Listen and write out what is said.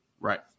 Right